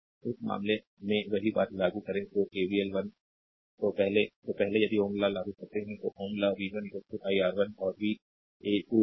तो इस मामले में भी वही बात लागू करें जो KVL 1 तो पहले तो पहले यदि ओम लॉ लागू करते हैं तो ohm law v 1 i R1 और v 2 i R2 से